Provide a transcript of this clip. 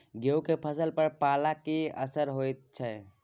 गेहूं के फसल पर पाला के की असर होयत छै?